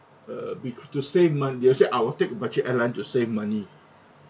err we could to save money they'll say I'll take budget airline to save money